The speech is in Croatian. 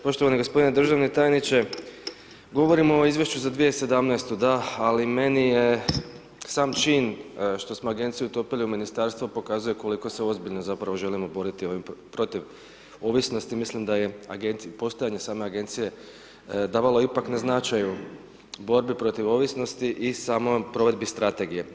Poštovani g. državni tajniče, govorimo o Izvješću za 2017., da, ali meni je sam čin što smo agenciju utopili u ministarstvo pokazuje koliko se ozbiljno zapravo želimo boriti protiv ovisnosti, mislim da je postojanje same agencije davalo ipak na značaju borbi protiv ovisnosti i samoj provedbi strategije.